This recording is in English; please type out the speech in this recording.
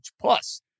Plus